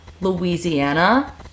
Louisiana